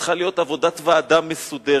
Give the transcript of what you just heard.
צריכה להיות עבודת ועדה מסודרת,